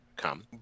come